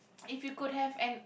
if you could have an